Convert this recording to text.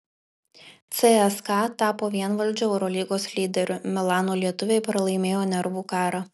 cska tapo vienvaldžiu eurolygos lyderiu milano lietuviai pralaimėjo nervų karą